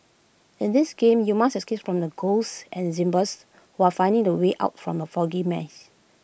in this game you must escape from the ghosts and zombies while finding the way out from the foggy maze